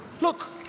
Look